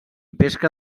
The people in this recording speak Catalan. pesca